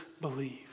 believe